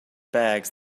bags